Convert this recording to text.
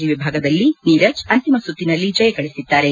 G ವಿಭಾಗದಲ್ಲಿ ನೀರಜ್ ಅಂತಿಮ ಸುತ್ತಿನಲ್ಲಿ ಜಯ ಗಳಿಸಿದ್ದಾರೆ